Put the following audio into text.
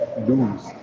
lose